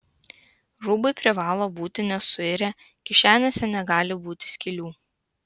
rūbai privalo būti nesuirę kišenėse negali būti skylių